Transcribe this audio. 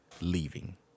leaving